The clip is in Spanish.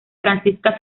francisca